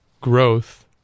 growth